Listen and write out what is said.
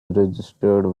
registered